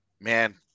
man